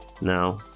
Now